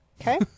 Okay